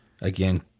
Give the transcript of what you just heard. Again